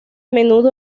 menudo